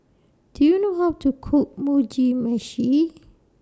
Do YOU know How to Cook Mugi Meshi